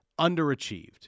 underachieved